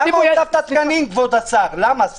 למה, כבוד השר, הוספת את התקנים?